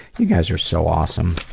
you guys are so awesome.